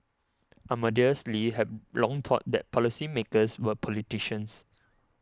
Amadeus Lee have long thought that policymakers were politicians